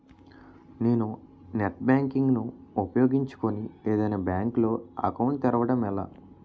నేను net banking ను ఉపయోగించుకుని ఏదైనా బ్యాంక్ లో అకౌంట్ తెరవడం ఎలా?